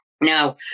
Now